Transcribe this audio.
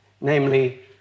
namely